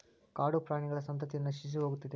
ಕಾಡುಪ್ರಾಣಿಗಳ ಸಂತತಿಯ ನಶಿಸಿಹೋಗುತ್ತದೆ